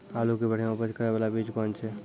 आलू के बढ़िया उपज करे बाला बीज कौन छ?